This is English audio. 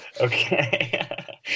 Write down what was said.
Okay